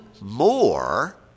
more